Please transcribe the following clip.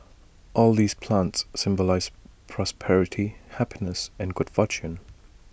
all these plants symbolise prosperity happiness and good fortune